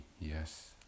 yes